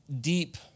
deep